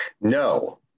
No